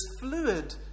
fluid